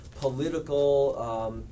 political